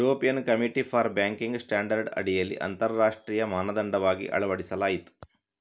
European committee for banking standard ಅಡಿಯಲ್ಲಿ ಅಂತರರಾಷ್ಟ್ರೀಯ ಮಾನದಂಡವಾಗಿ ಅಳವಡಿಸಲಾಯಿತು